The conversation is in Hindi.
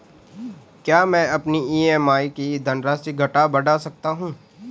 क्या मैं अपनी ई.एम.आई की धनराशि घटा बढ़ा सकता हूँ?